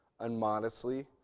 unmodestly